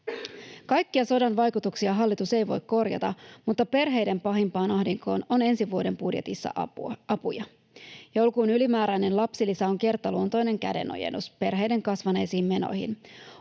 Kaikkia sodan vaikutuksia hallitus ei voi korjata, mutta perheiden pahimpaan ahdinkoon on ensi vuoden budjetissa apuja. Joulukuun ylimääräinen lapsilisä on kertaluontoinen kädenojennus perheiden kasvaneisiin menoihin.